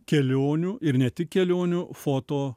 kelionių ir ne tik kelionių foto